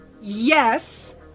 yes